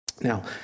Now